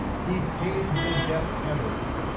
he paid the death penalty,